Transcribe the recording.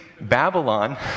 Babylon